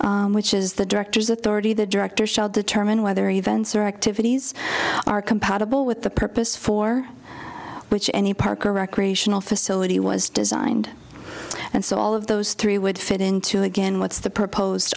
section which is the director's authority the director shall determine whether events or activities are compatible with the purpose for which any park or recreational facility was designed and so all of those three would fit into again what's the proposed